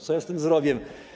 Co ja z tym zrobię?